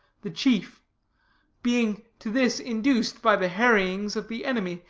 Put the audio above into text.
the chief being to this induced by the harryings of the enemy,